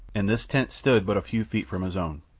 and this tent stood but a few feet from his own.